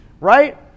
right